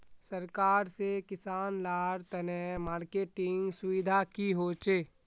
सरकार से किसान लार तने मार्केटिंग सुविधा की होचे?